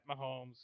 Mahomes